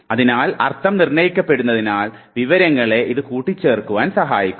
അതിനാൽ അർത്ഥം നിർണ്ണയിക്കപ്പെടുന്നതിനാൽ വിവരങ്ങളെ ഇത് കൂട്ടിച്ചേർക്കുവാൻ സഹായിക്കുന്നു